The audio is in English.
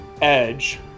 edge